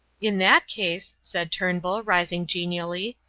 in that case, said turnbull, rising genially,